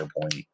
point